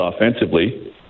offensively